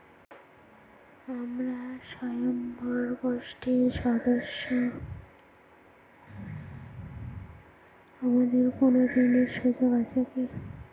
আমরা স্বয়ম্ভর গোষ্ঠীর সদস্য আমাদের কোন ঋণের সুযোগ আছে কি?